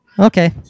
Okay